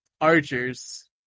archers